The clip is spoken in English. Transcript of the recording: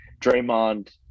Draymond